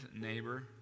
neighbor